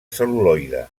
cel·luloide